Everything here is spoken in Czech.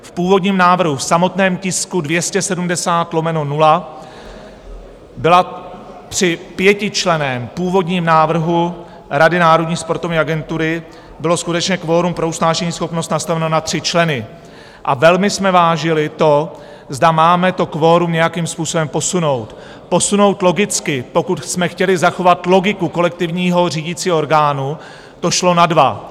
V původním návrhu, v samotném tisku 270/0, při pětičlenném původním návrhu rady Národní sportovní agentury bylo skutečně kvorum pro usnášeníschopnost nastaveno na tři členy a velmi jsme vážili to, zda máme kvorum nějakým způsobem posunout, posunout logicky pokud jsme chtěli zachovat logiku kolektivního řídícího orgánu, to šlo na dva.